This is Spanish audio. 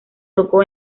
tocó